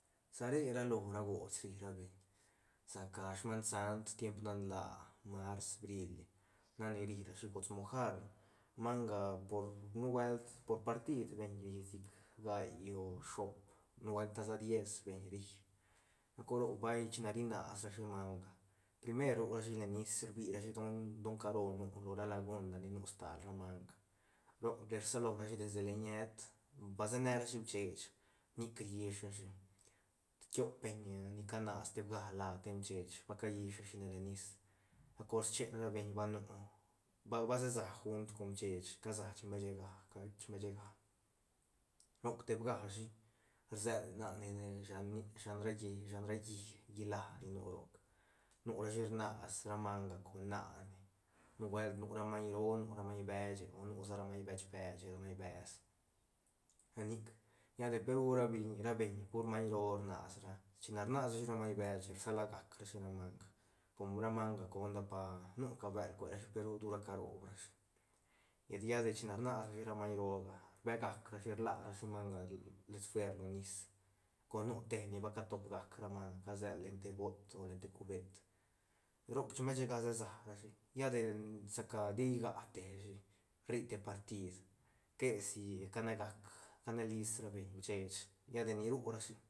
Sa re ra lo ra gots ri ra beñ sa ca sman sant tiemp nan laa mars briil nac ni ri rashi gots mojar manga por nubuelt por partid beñ ri sic gai o shoop nubuelt ta sa diez beñ ri gol cor roc vay chine ri nasrashi manga primer ru rashi len nis ruirashi don- don caro nu ru ra lagun a ni nu stal ra manga roc rsalorashi desde leñet ba se nerashi bishech nic rllish rashi tiop beñ ca nas te bga lad steñ bishech ba ca llish rashine len nis lla cor schen ra beñ ba- ba se sa gunt con bishech ca sa chembechega ca chembechega roc teb gashi rsel nane len shan nic shan llí shan ra llí llíla ni nu roc nurashi rnas ra manga con nane nubuelt nu ra maiñ roo nu ra maiñ beche o nu sa ra maiñ beche o nu sa ra maiñ bech beche ra maiñ bees ra nic lla de pe ru ra biñi ra beñ pur maiñ roo rnasra chine rnasrashi maiñ beche rsala gac rashi ra manga com ra manga conda pa nuca bel cuerashi pe ru tura caroob rashi llet lladi china rnasrashi ra maiñ rooga rbegac rashi rlarashi manga dets fuer lo nis cor nu te ni ba catob gac ra manga casel len te bot o len te cubet roc chembeche ga se sa rashi lla de sa ca ti nga teshi rri te partid que si cane gac cane list ra beñ bsheech lla de ni ru rashi.